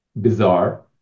bizarre